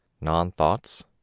Non-thoughts